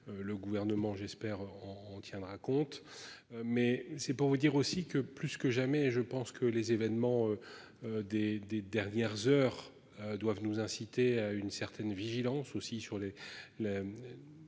Le gouvernement j'espère on tiendra compte. Mais c'est pour vous dire aussi que plus que jamais et je pense que les événements. Des des dernières heures doivent nous inciter à une certaine vigilance aussi sur les